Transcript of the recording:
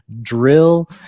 drill